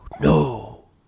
No